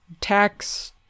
tax